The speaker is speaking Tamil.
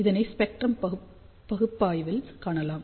இதனை ஸ்பெக்ட்ரம் பகுப்பாய்வியில் காணலாம்